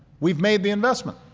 we've made the investment.